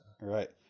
Right